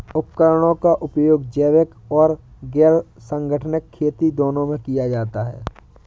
उपकरणों का उपयोग जैविक और गैर संगठनिक खेती दोनों में किया जाता है